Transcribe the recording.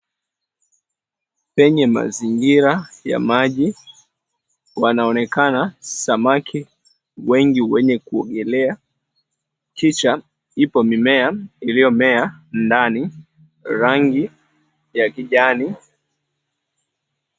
Kwenye mazingira ya maji, wanaonekana samaki wengi wenye kuogelea. Kisha ipo mimea iliyomea ndani, rangi ya kijani.